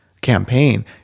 campaign